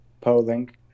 polling